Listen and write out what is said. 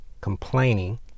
complaining